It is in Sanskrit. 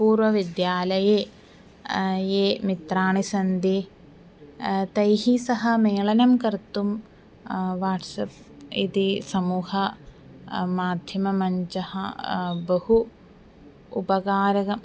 पूर्वविद्यालये यानि मित्राणि सन्ति तैः सह मेलनं कर्तुं वाट्सप् इति समूहः माध्यममञ्चः बहु उपकारकः